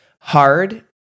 Hard